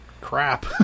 crap